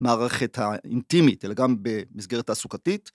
מערכת האינטימית, אלא גם במסגרת העסוקתית.